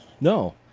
No